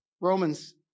Romans